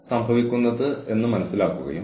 എല്ലാവർക്കും വ്യക്തിപരമായ അതിരുകൾ ഉണ്ട്